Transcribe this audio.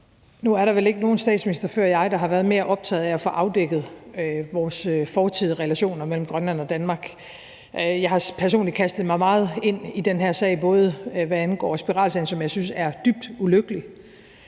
Nu er der vel ikke nogen statsminister før mig, der har været mere optaget af at få afdækket vores fortidige relationer mellem Grønland og Danmark. Jeg har personligt kastet mig meget ind i det her – både hvad angår spiralsagen, som jeg synes er dybt ulykkelig,